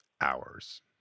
hours